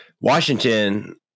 Washington